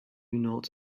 not